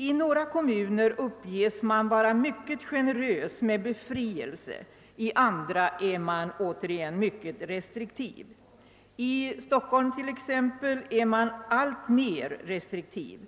I några kommuner uppges man vara mycket generös med befrielser, i andra är man återigen mycket restriktiv. I Stockholm är man t.ex. alltmer restriktiv.